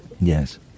Yes